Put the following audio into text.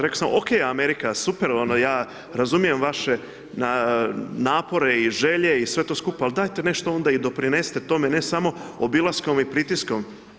Rekao sam OK Amerika, super ono, ja razumijem vaše napore i želje i sve to skupa ali dajte nešto onda i doprinesite tome ne samo obilaskom i pritiskom.